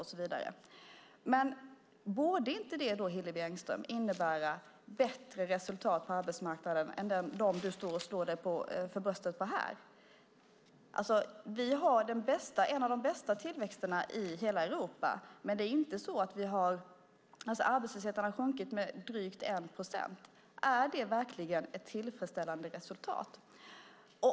Borde inte det, Hillevi Engström, innebära bättre resultat på arbetsmarknaden än de som du genom att slå dig för bröstet redovisar här? Vi har en av de bästa tillväxterna i hela Europa, men arbetslösheten har bara sjunkit med drygt 1 procent. Är det verkligen ett tillfredsställande resultat?